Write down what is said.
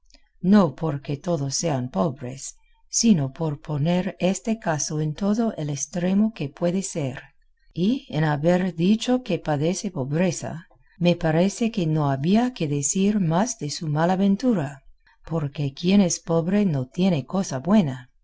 buena gana y él prosiguió diciendo digo pues que los trabajos del estudiante son éstos principalmente pobreza no porque todos sean pobres sino por poner este caso en todo el estremo que pueda ser y en haber dicho que padece pobreza me parece que no había que decir más de su mala ventura porque quien es pobre no tiene cosa buena